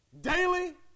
Daily